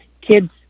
kids